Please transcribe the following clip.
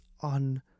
on